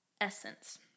essence